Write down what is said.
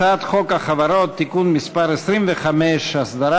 הצעת חוק החברות (תיקון מס' 25) (הסדרת